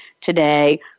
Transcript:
today